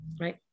right